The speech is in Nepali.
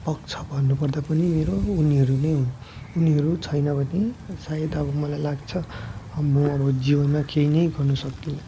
पक्ष भन्नुपर्दा पनि मेरो उनीहरू नै हुन् उनीहरू छैन भने सायद अब मलाई लाग्छ म अब जीवनमा केही नै गर्नु सक्दिनँ